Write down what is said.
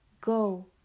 go